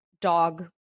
dog